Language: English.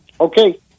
Okay